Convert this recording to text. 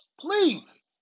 Please